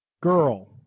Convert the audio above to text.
Girl